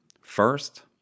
First